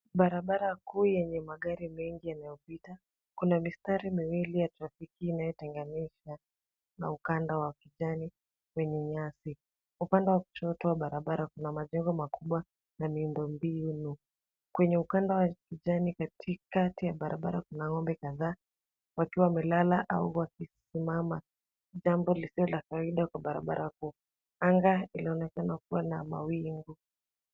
Barabara kuu yenye magari mengi yanayopita, kuna mistari miwili ya trafiki inayotenganisha na ukanda wa kijani wenye nyasi. Upande wa kushoto wa barabara kuna majengo makubwa na miundombinu. Kwenye ukanda wa kijani katikati ya barabara kuna ng'ombe kadhaa wakiwa wamelala au wakisimama jambo lisilo la kawaida kwa barabara kuu. Anga linaonekana kuwa la mawingu.